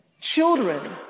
children